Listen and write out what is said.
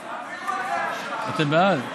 אדוני סגן השר, אנחנו בעד.